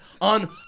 on